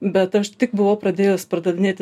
bet aš tik buvau pradėjus pardavinėti